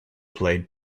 played